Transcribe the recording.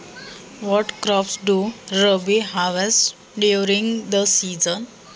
रब्बी हंगामात कोणती पिके घेतात?